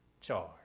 charge